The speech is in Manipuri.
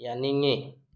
ꯌꯥꯅꯤꯡꯏ